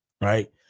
right